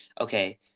okay